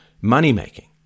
money-making